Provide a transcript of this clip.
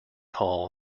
hall